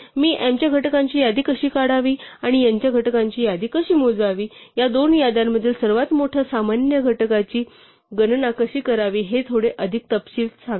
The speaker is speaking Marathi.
मी m च्या घटकांची यादी कशी काढावी आणि n च्या घटकांची यादी कशी मोजावी आणि या दोन याद्यांमधील सर्वात मोठ्या सामान्य घटकाची गणना कशी करावी हे थोडे अधिक तपशील सांगते